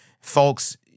Folks